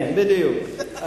כן, בדיוק.